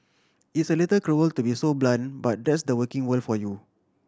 it's a little cruel to be so blunt but that's the working world for you